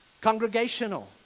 congregational